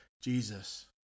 jesus